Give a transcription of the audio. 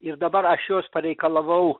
ir dabar aš jos pareikalavau